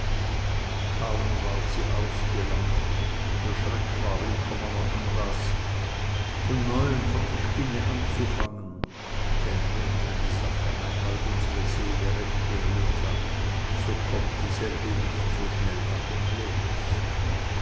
kaum ward sie ausgelacht ihr schreck war willkommener anlaß von neuem von der spinne anzufangen denn wenn einmal eine sache unsere seele recht berührt hat so kommt dieselbe nicht so schnell davon los